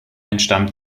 entstammt